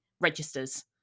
registers